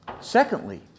Secondly